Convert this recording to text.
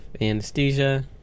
anesthesia